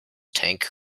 tank